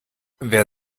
wer